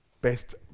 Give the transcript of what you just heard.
best